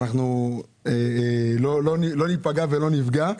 שלא ניפגע ולא נפגע.